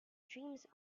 dreams